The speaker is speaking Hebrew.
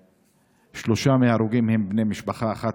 שלושה מההרוגים הם בני משפחה אחת,